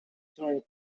during